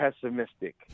pessimistic